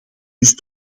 dus